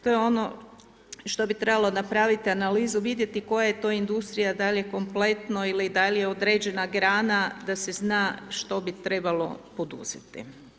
To je ono što bi trebalo napraviti analizu, vidjeti koja je to industrija, da li je kompletno, ili da li je određena grana, da se zna, što bi trebalo poduzeti.